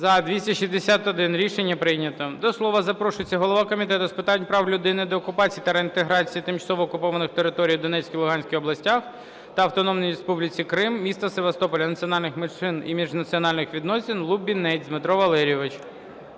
За-261 Рішення прийнято. До слова запрошується голова Комітету з питань прав людини, деокупації та реінтеграції тимчасово окупованих територій у Донецькій, Луганській областях та Автономної Республіки Крим, міста Севастополя, національних меншин і міжнаціональних відносин Лубінець Дмитро Валерійович.